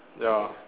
ya